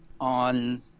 on